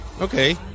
Okay